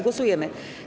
Głosujemy.